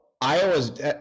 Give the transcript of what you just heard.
Iowa's